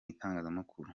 itangazamakuru